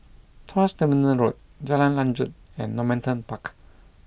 Tuas Terminal Road Jalan Lanjut and Normanton Park